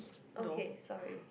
okay sorry